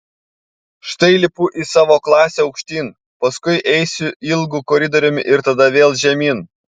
štai lipu į savo klasę aukštyn paskui eisiu ilgu koridoriumi ir tada vėl žemyn